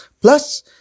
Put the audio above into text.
Plus